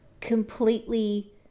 completely